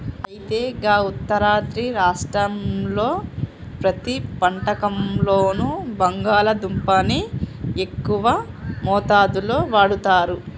అయితే గా ఉత్తరాది రాష్ట్రాల్లో ప్రతి వంటకంలోనూ బంగాళాదుంపని ఎక్కువ మోతాదులో వాడుతారు